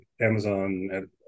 Amazon